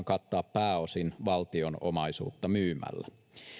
kattaa pääosin valtion omaisuutta myymällä